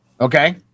Okay